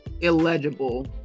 illegible